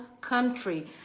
country